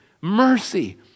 Mercy